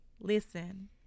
Listen